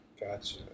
gotcha